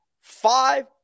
five